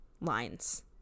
lines